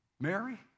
Mary